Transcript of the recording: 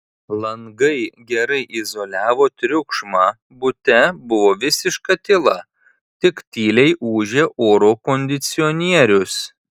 langai gerai izoliavo triukšmą bute buvo visiška tyla tik tyliai ūžė oro kondicionierius